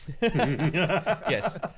Yes